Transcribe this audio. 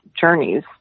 journeys